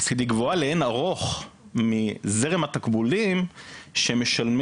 יחסית היא גבוהה לאין ערוך מזרם התקבולים שמשלמים